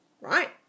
right